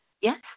yes